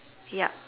yup